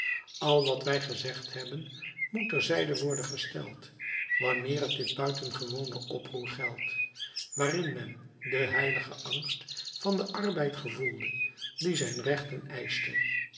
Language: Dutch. al wat wij gezegd hebben moet ter zijde worden gesteld wanneer het dit buitengewone oproer geldt waarin men den heiligen angst van den arbeid gevoelde die zijn rechten eischte